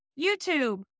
YouTube